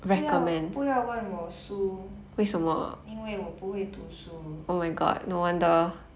不要不要问我书因为我不会读书